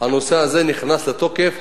הנושא הזה נכנס לתוקף,